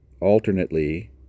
alternately